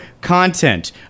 content